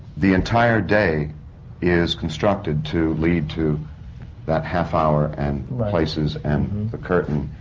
the entire day is constructed to lead to that half hour and places, and the curtain,